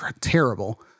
terrible